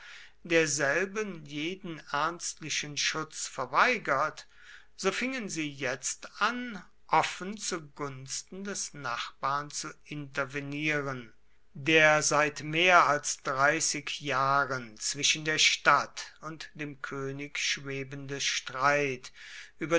derselben jeden ernstlichen schutz verweigert so fingen sie jetzt an offen zu gunsten des nachbarn zu intervenieren der seit mehr als dreißig jahren zwischen der stadt und dem könig schwebende streit über